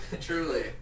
truly